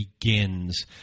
begins